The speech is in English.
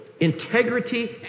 integrity